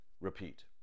repeat